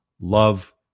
love